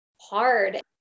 hard